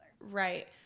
Right